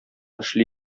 эшли